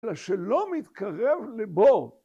‫אלא שלא מתקרב לבור.